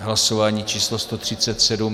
Hlasování číslo 137.